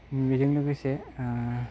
बेजों लोगोसे